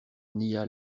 nia